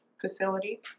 facility